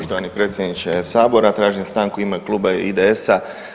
Poštovani predsjedniče sabora tražim stanku u ime Kluba IDS-a.